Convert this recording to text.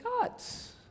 God's